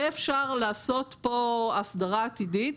יהיה אפשר לעשות פה הסדרה עתידית",